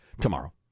tomorrow